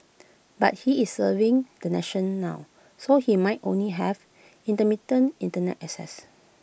but he is serving the nation now so he might only have intermittent Internet access